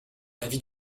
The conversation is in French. l’avis